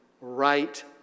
right